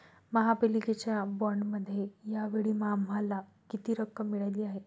महापालिकेच्या बाँडमध्ये या वेळी आम्हाला किती रक्कम मिळाली आहे?